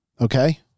Okay